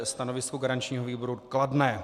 Stanovisko garančního výboru je kladné.